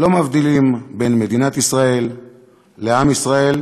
לא מבדילים בין מדינת ישראל לעם ישראל